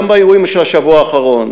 גם באירועים של השבוע האחרון,